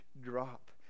drop